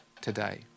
today